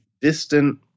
distant